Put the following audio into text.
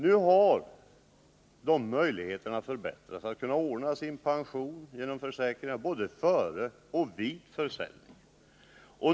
Nu har dessa möjligheter förbättrats — man kan ordna sin pension genom försäkringar både före och vid försäljning.